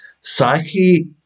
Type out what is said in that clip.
Psyche